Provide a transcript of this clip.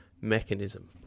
mechanism